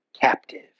captive